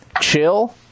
chill